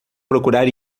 procurar